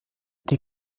die